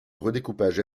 redécoupage